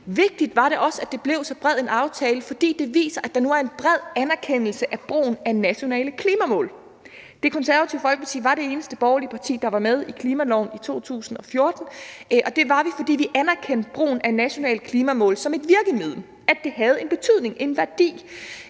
Vigtigt var det også, at det blev så bred en aftale, fordi det viser, at der nu er en bred anerkendelse af brugen af nationale klimamål. Det Konservative Folkeparti var det eneste borgerlige parti, der var med i klimaloven i 2014, og det var vi, fordi vi anerkendte brugen af nationale klimamål som et virkemiddel, at det havde en betydning, en værdi.